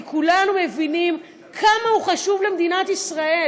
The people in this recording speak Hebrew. כי כולם מבינים כמה הוא חשוב למדינת ישראל